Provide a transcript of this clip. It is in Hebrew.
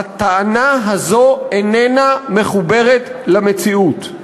הטענה הזאת איננה מחוברת למציאות.